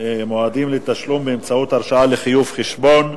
(מועדים לתשלום באמצעות הרשאה לחיוב חשבון),